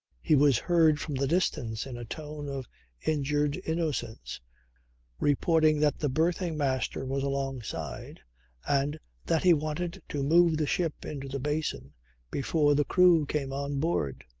he was heard from the distance in a tone of injured innocence reporting that the berthing master was alongside and that he wanted to move the ship into the basin before the crew came on board.